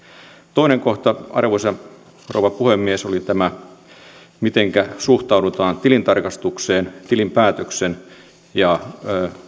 toinen kohta arvoisa rouva puhemies oli tämä mitenkä suhtaudutaan tilintarkastukseen tilinpäätöksen ja